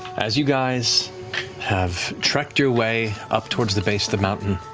as you guys have trekked your way up towards the base of the mountain,